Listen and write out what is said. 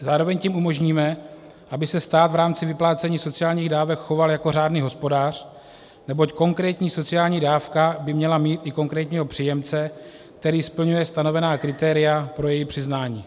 Zároveň tím umožníme, aby se stát v rámci vyplácení sociálních dávek choval jako řádný hospodář, neboť konkrétní sociální dávka by měla mít i konkrétního příjemce, který splňuje stanovená kritéria pro její přiznání.